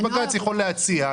ובג"ץ יכול להציע,